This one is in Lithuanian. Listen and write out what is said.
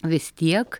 vis tiek